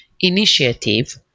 Initiative